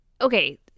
okay